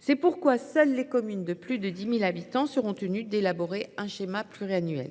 C’est pourquoi seules les communes de plus de 10 000 habitants seront tenues d’élaborer un schéma pluriannuel.